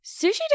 Sushi